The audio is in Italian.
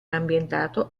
ambientato